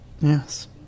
Yes